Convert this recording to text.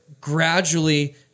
gradually